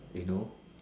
you know